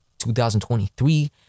2023